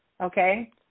Okay